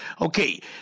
okay